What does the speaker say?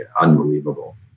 Unbelievable